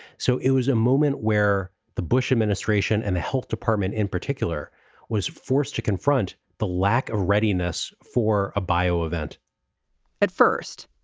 so it was a moment where the bush administration and the health department in particular was forced to confront the lack of readiness for a bio event at first,